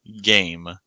Game